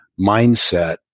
mindset